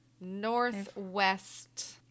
northwest